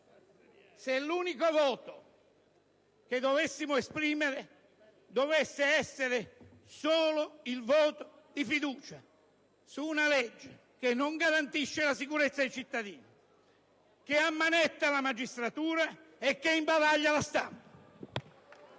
se l'unico voto che dovessimo esprimere dovesse essere solo il voto di fiducia su una legge che non garantisce la sicurezza ai cittadini, che ammanetta la magistratura e che imbavaglia la stampa!